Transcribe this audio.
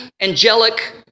angelic